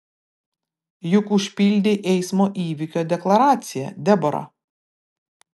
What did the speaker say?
juk užpildei eismo įvykio deklaraciją debora